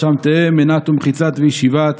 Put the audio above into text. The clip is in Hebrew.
שם תהא מנת ומחיצת וישיבת